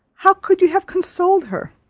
how could you have consoled her